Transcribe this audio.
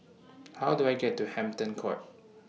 How Do I get to Hampton Court